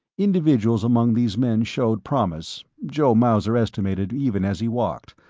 individuals among these men showed promise, joe mauser estimated even as he walked,